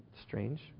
Strange